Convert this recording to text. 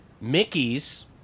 Mickey's